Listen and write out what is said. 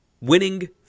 Winning